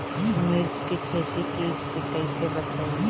मिर्च के खेती कीट से कइसे बचाई?